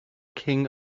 king